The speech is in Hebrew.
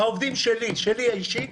העובדים שלי, שלי אישית,